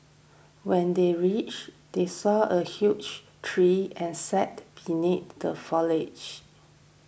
when they reached they saw a huge tree and sat beneath the foliage